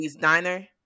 diner